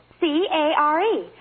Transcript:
C-A-R-E